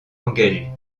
engagées